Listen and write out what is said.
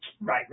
Right